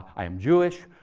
i'm jewish.